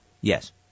Yes